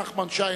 נחמן שי,